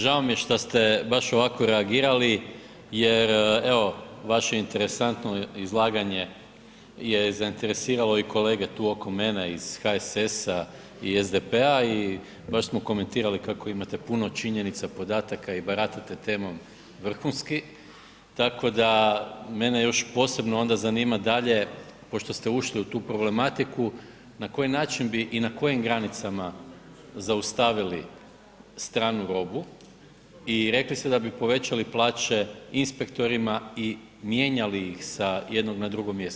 Žao mi je što ste baš ovako reagirali jer evo, vaše interesantno izlaganje je zainteresiralo i kolege tu oko mene iz HSS-a i SDP-a i baš smo komentirali kako imate puno činjenica, podataka i baratate temom vrhunski, tako da mene još posebno onda zanima dalje, pošto ste ušli u tu problematiku, na koji način bi i na kojim granicama zaustavili stranu robu i rekli ste da bi povećali plaće inspektorima i mijenjali ih sa jednog na drugo mjesto.